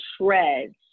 shreds